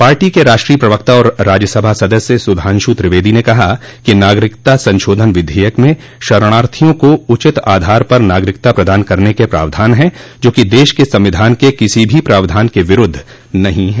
party के राष्ट्रीय प्रवक्ता और राज्यसभा सदस्य सुधान्श् त्रिवेदी ने कहा कि नागरिकता संशोधन विधेयक में शरणार्थियों को उचित आधार पर नागरिकता प्रदान करने के प्रावधान हैं जो कि देश के संविधान के किसी भी प्रावधान के विरूद्व नहीं हैं